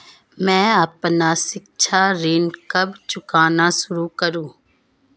मैं अपना शिक्षा ऋण कब चुकाना शुरू करूँ?